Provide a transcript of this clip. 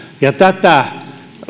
tätä